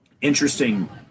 interesting